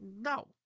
No